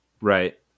Right